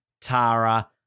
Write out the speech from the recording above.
Tara